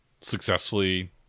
successfully